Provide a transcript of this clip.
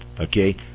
Okay